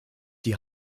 die